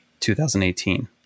2018